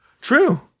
True